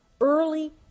early